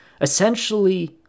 essentially